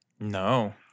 No